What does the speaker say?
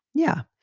yeah.